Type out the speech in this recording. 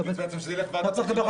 אז אתה ממליץ שזה ילך לוועדת הבחירות.